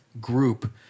group